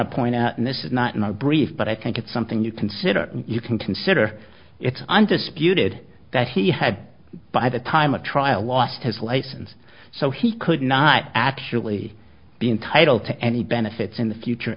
to point out and this is not in the brief but i think it's something you consider you can consider it's undisputed that he had by the time of trial lost his license so he could not actually be entitled to any benefits in the future